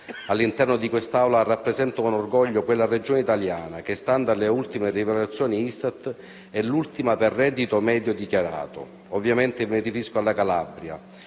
All'interno di quest'Assemblea rappresento con orgoglio quella Regione italiana che, stando alle ultime rilevazioni ISTAT, è l'ultima per reddito medio dichiarato. Ovviamente mi riferisco alla Calabria,